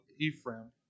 Ephraim